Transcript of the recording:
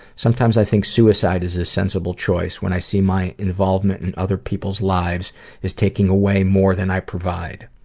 sometimes i think suicide is a sensible choice when i see my involvement in other people's lives is taking away more than i provide.